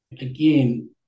again